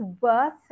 worth